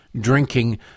drinking